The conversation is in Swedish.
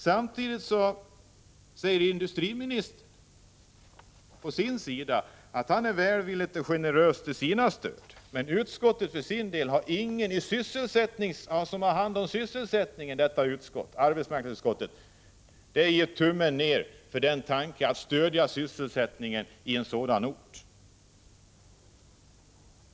Samtidigt säger industriministern å sin sida att han är välvillig till generösa stöd, men arbetsmarknadsutskottet har ingen som har hand om sysselsättningen. Där ger man tummen ner för tanken att stödja sysselsättningen i en sådan ort.